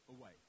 away